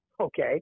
Okay